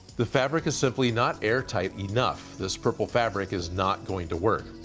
the fabric is simply not air tight enough. this purple fabric is not going to work.